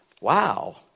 Wow